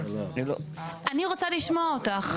אני רוצה לשמוע אותך.